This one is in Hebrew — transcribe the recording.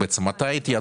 על פי החוק,